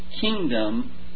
kingdom